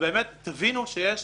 תבינו שיש